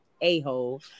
a-hole